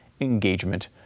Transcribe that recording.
Engagement